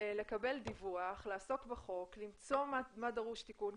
לקבל דיווח, לעסוק בחוק, למצוא מה דורש תיקון.